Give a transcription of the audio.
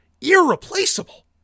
irreplaceable